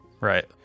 right